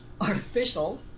artificial